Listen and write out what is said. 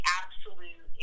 absolute